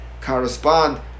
correspond